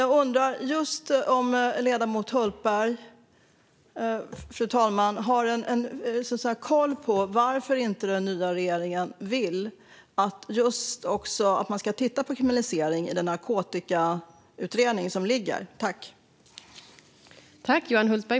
Jag undrar om ledamoten Hultberg har koll på varför den nya regeringen inte vill att man ska titta på kriminalisering i den narkotikautredning som görs.